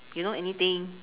you know anything